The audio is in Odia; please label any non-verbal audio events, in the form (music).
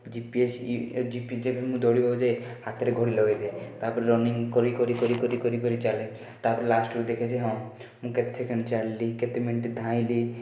ଜି ପି ଏସ୍ (unintelligible) ଯେବେ ବି ମୁଁ ଦୌଡ଼ିବାକୁ ଯାଏ ହାତରେ ଘଡ଼ି ଲଗେଇ ଦିଏ ତାପରେ ରନିଂ କରି କରି କରିକରି କରି ଚାଲେ ତା'ପରେ ଲାଷ୍ଟ୍କୁ ଦେଖେ ଯେ ହଁ ମୁଁ କେତେ ସେକେଣ୍ଡ କେତେ ମିନିଟ୍ ଧାଇଁଲି